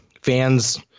fans